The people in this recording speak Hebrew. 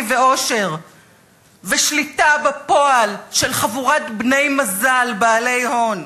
לעושר ושליטה בפועל של חבורת בני מזל בעלי הון,